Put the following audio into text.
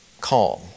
calm